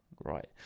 Right